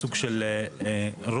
סוג של "רולינג",